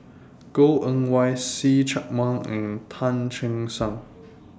Goh Eng Wah See Chak Mun and Tan Che Sang